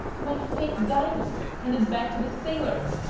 my faked diamond handed back to the sailor!